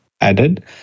added